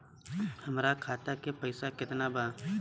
हमरा खाता में पइसा केतना बा?